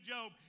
Job